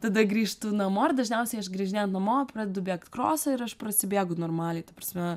tada grįžtu namo ir dažniausiai aš grįžinėjant namo pradedu bėgt krosą ir aš prasibėgu normaliai ta prasme